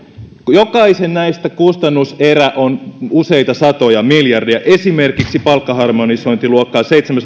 jokaisen näistä kustannuserä on useita satoja miljardeja esimerkiksi palkkaharmonisointi luokkaa seitsemänsataa